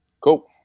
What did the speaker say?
Cool